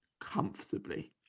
comfortably